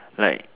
like